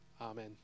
Amen